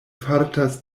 fartas